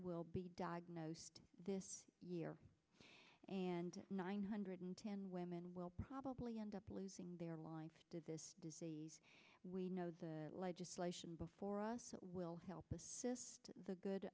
will be diagnosed this year and nine hundred ten women will probably end up losing their life to this disease we know the legislation before us that will help us just the good